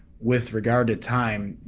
with regard to time,